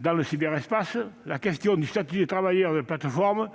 dans le cyberespace, la question du statut des travailleurs de plateforme,